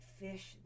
fish